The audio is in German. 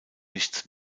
nichts